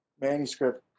manuscript